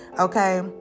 okay